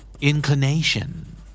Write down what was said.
Inclination